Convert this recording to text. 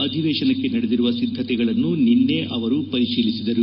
ಅಧಿವೇಶನಕ್ಕೆ ನಡೆದಿರುವ ಸಿದ್ದತೆಗಳನ್ನು ನಿನ್ನೆ ಅವರು ಪರಿಶೀಲಿಸಿದರು